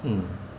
hmm